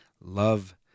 love